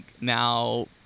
now